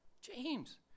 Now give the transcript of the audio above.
James